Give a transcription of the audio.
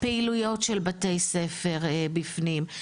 פעילויות של בתי ספר בפנים,